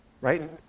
Right